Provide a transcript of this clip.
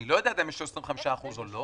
אני לא יודע עדיין אם שלו ירידה של 25% או לא